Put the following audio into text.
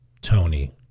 Tony